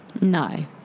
No